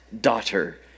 daughter